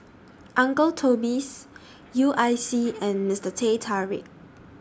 Uncle Toby's U I C and Mister Teh Tarik